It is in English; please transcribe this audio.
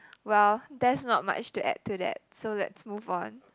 well there's not much to add to that so let's move on